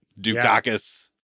Dukakis